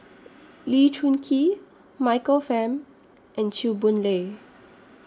Lee Choon Kee Michael Fam and Chew Boon Lay